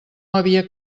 havia